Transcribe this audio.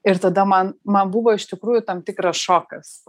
ir tada man man buvo iš tikrųjų tam tikras šokas